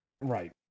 Right